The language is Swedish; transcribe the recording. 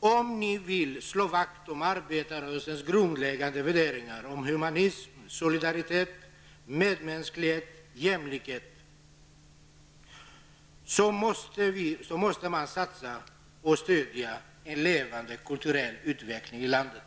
om ni vill slå vakt om arbetarrörelsens grundläggande värderingar humanism, solidaritet, medmänsklighet och jämlikhet, så måste ni satsa på och stöda en levande kulturell utveckling i landet.